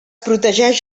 protegeix